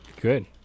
Good